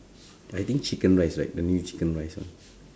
I think chicken rice right the new chicken rice ah